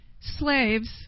slaves